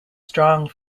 strong